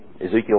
Ezekiel